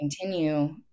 continue